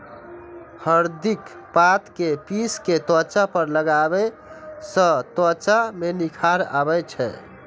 हरदिक पात कें पीस कें त्वचा पर लगाबै सं त्वचा मे निखार आबै छै